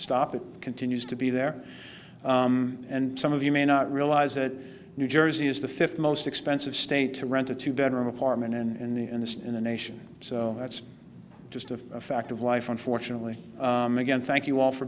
stop it continues to be there and some of you may not realize that new jersey is the fifth most expensive state to rent a two bedroom apartment and it's in the nation so that's just a fact of life unfortunately again thank you all for